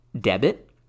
debit